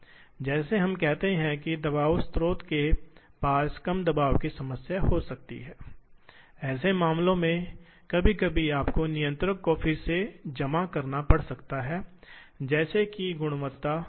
एक के बाद एक भागों उन्होंने डाउनटाइम कम कर दिया है क्योंकि वे हैं ये लाभ हैं जो आपको इसकी लागत के लिए उस उच्च राशि का भुगतान करके मिलता है